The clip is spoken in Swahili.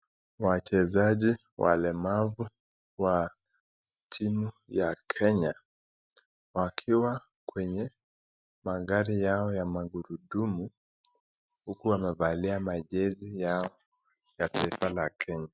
Wachezaji walemavu wa timu ya Kenya wakiwa kwenye magari yao ya magurudumu huku wamevalia majezi yao ya taifa la Kenya.